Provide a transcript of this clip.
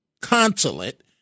consulate